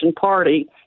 party